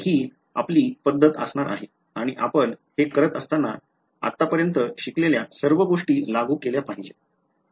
तर हि आपली पद्धत असणार आहे आणि आपण हे करत असताना आपण आतापर्यंत शिकलेल्या सर्व गोष्टी लागू केल्या पाहिजेत